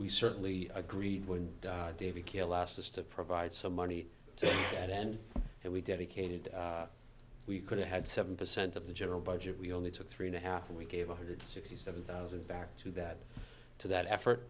we certainly agreed when david gill asked us to provide some money to that end and we dedicated we could have had seven percent of the general budget we only took three and a half and we gave one hundred sixty seven thousand back to that to that effort